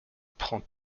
prend